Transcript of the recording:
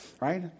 right